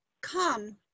Come